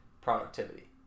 productivity